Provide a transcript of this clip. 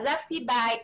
עזבתי בית,